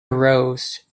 arose